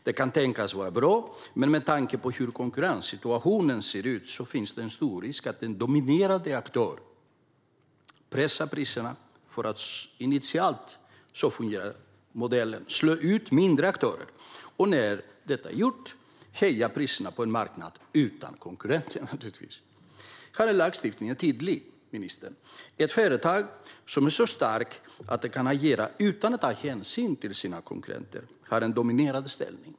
Det kan tänkas vara bra, men med tanke på hur konkurrenssituationen ser ut finns det stor risk att en dominerande aktör pressar priserna för att - så fungerar modellen - initialt slå ut mindre aktörer och när det är gjort höja priserna på en marknad utan konkurrenter. Här är lagstiftningen tydlig, ministern: "Ett företag som är så starkt att det kan agera utan att ta hänsyn till sina konkurrenter har en dominerande ställning.